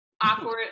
awkward